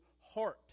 heart